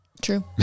True